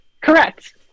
Correct